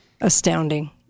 astounding